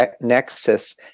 nexus